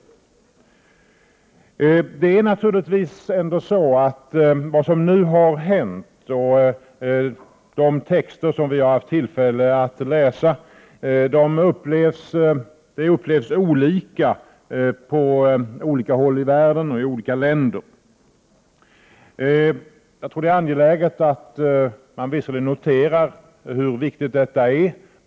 Både det som nu har hänt och de texter som vi har haft tillfälle att läsa upplevs naturligtvis olika i olika länder i världen. Jag tror att det är angeläget att notera hur viktigt detta är.